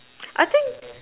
I think